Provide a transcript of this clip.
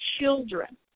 children